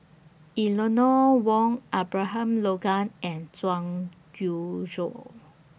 Eleanor Wong Abraham Logan and Zhang YOU Shuo